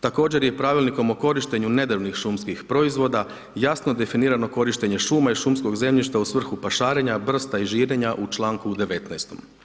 Također je Pravilnikom o korištenju nedrvnih šumskih proizvoda jasno definirano korištenje šuma i šumskog zemljišta u svrhu pašarenja, brsta i žirenja u čl. 19.